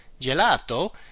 Gelato